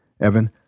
Evan